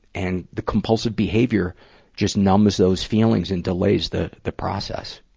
and the compulsive behavior just numbs those feelings and delays the, the process.